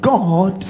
God